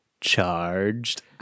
charged